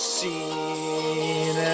seen